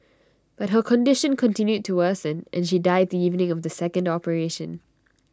but her condition continued to worsen and she died the evening of the second operation